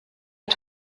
hat